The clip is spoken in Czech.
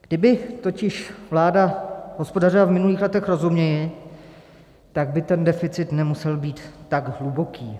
Kdyby totiž vláda hospodařila v minulých letech rozumněji, tak by ten deficit nemusel být tak hluboký.